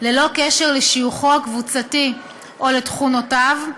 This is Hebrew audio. ללא קשר לשיוכו הקבוצתי או לתכונותיו,